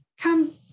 come